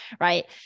Right